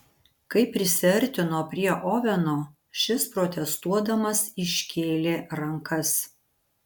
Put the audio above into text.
kai prisiartino prie oveno šis protestuodamas iškėlė rankas